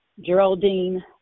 Geraldine